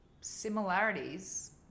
similarities